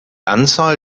anzahl